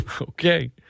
Okay